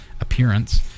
appearance